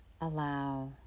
allow